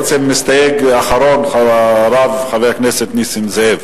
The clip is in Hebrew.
בעצם מסתייג אחרון, הרב חבר הכנסת נסים זאב.